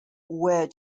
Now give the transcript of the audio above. were